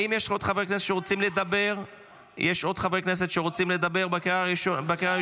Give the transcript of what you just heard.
האם יש עוד חברי כנסת שרוצים לדבר בקריאה הראשונה?